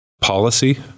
policy